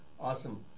Awesome